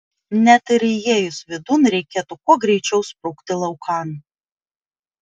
net ir įėjus vidun reikėtų kuo greičiau sprukti laukan